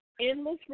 Endless